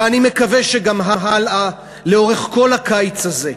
ואני מקווה שגם הלאה, לאורך כל הקיץ הזה.